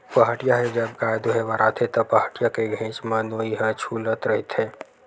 पहाटिया ह जब गाय दुहें बर आथे त, पहाटिया के घेंच म नोई ह छूलत रहिथे